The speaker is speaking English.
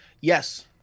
yes